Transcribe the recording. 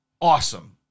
awesome